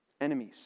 enemies